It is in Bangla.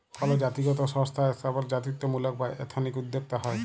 কল জাতিগত সংস্থা স্থাপনে জাতিত্বমূলক বা এথনিক উদ্যক্তা হ্যয়